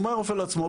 אומר הרופא לעצמו,